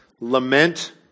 Lament